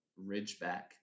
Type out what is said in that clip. Ridgeback